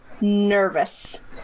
nervous